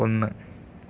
ഒന്ന്